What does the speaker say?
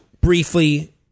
briefly